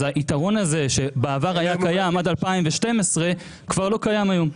אז היתרון הזה שבעבר היה קיים עד 2012 כבר לא קיים היום.